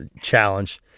challenge